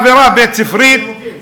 אווירה בית-ספרית, זה הוגן.